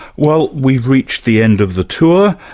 well, we've reached the end of the tour.